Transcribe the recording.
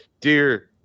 Dear